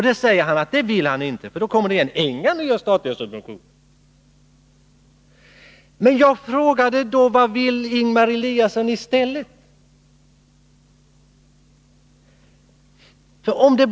Det säger han att han inte vill. Jag frågade vad Ingemar Eliasson då ville göra i stället.